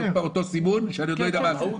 זה אותו סימון, שאני עוד לא יודע מה הוא.